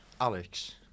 Alex